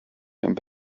and